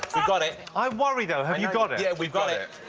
got it. i worry, though, have you got it? yeah, we've got it.